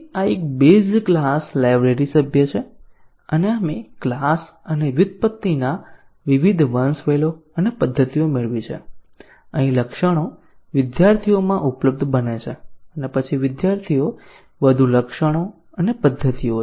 આ એક base class library સભ્ય છે અને આપણે ક્લાસ અને વ્યુત્પત્તિના વિવિધ વંશવેલો અને પદ્ધતિઓ મેળવી છે અહીં લક્ષણો વિદ્યાર્થીઓમાં ઉપલબ્ધ બને છે અને પછી વિદ્યાર્થીઓ વધુ લક્ષણો અને પદ્ધતિઓ છે